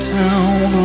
town